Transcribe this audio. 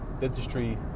dentistry